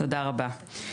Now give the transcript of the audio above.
תודה רבה.